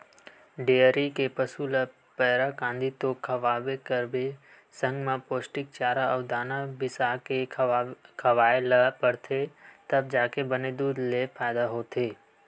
dairy के पसू ल पैरा, कांदी तो खवाबे करबे संग म पोस्टिक चारा अउ दाना बिसाके खवाए ल परथे तब जाके बने दूद ले फायदा होथे